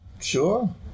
Sure